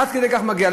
עד כדי כך זה מגיע.